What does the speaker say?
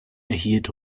erhielt